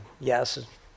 yes